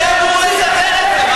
זה אמור לסדר את זה.